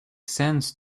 sense